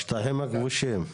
בשטחים הכבושים.